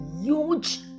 huge